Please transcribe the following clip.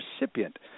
recipient